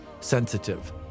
sensitive